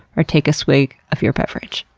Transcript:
or take a swig of your beverage.